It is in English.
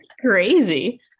crazy